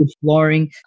flooring